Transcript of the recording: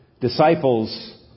disciples